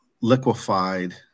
liquefied